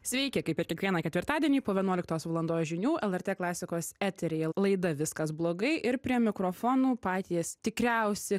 sveiki kaip ir kiekvieną ketvirtadienį po vienuoliktos valandos žinių lrt klasikos eteryje laida viskas blogai ir prie mikrofonų patys tikriausi